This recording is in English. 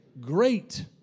Great